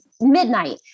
midnight